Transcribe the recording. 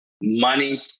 money